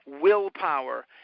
Willpower